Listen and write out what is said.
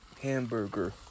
Hamburger